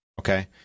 okay